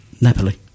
Napoli